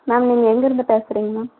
ma'am நீங்கள் எங்கேருந்து பேசறீங்க மேம்